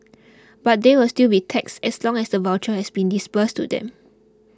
but they will still be taxed as long as the voucher has been disbursed to them